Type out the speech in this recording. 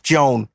Joan